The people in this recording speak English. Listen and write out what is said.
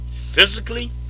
physically